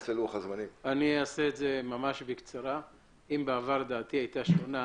אם בעבר דעתי היתה שונה,